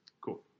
Cool